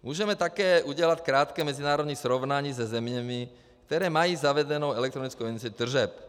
Můžeme také udělat krátké mezinárodní srovnání se zeměmi, které mají zavedenou elektronickou evidenci tržeb.